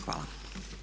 Hvala.